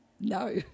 no